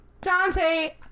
Dante